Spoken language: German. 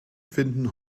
finden